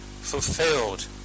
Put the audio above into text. fulfilled